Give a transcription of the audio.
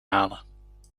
halen